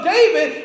David